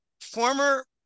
former